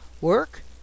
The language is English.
Work